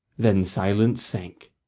then silence sank.